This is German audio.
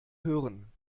hören